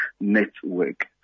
network